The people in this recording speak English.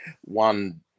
one